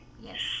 yes